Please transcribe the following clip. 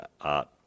art